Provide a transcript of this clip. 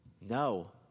No